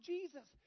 Jesus